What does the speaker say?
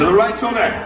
right shoulder,